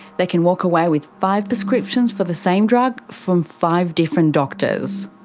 they can walk away with five prescriptions for the same drug, from five different doctors.